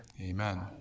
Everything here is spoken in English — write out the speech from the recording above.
amen